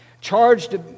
Charged